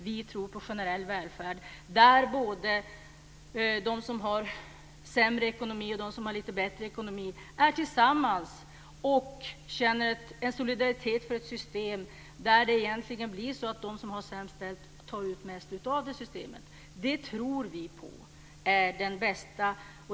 Vi tror på generell välfärd, där de med sämre och de med bättre ekonomi agerar tillsammans och känner solidaritet för ett system där de sämst ställda får ut mest av systemet. Vi tror att det är det bästa.